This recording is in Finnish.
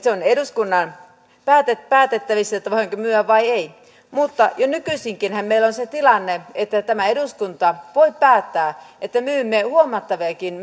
se on eduskunnan päätettävissä voidaanko myydä vai ei mutta jo nykyisinkinhän meillä on se tilanne että tämä eduskunta voi päättää että myymme huomattaviakin